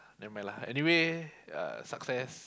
never mind lah anyway uh success